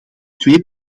twee